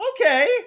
Okay